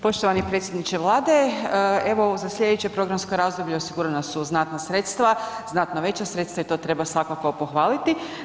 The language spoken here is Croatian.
Poštovani predsjedniče Vlade, evo za slijedeće programsko razdoblje osigurana su znatna sredstva, znatno veća sredstva i to treba svakako pohvaliti.